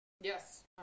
Yes